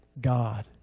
God